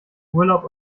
urlaub